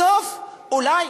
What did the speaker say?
בסוף אולי,